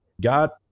Got